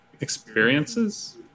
experiences